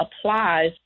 applies